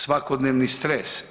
Svakodnevni stres.